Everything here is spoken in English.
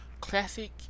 classic